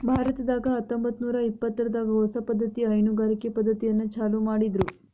ಭಾರತದಾಗ ಹತ್ತಂಬತ್ತನೂರಾ ಇಪ್ಪತ್ತರಾಗ ಹೊಸ ಪದ್ದತಿಯ ಹೈನುಗಾರಿಕೆ ಪದ್ದತಿಯನ್ನ ಚಾಲೂ ಮಾಡಿದ್ರು